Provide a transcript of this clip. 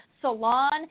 salon